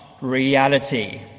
reality